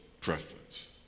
preference